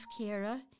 Kira